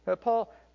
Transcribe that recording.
Paul